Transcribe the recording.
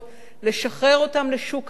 לשחרר אותם לשוק העבודה,